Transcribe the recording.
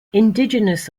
indigenous